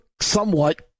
Somewhat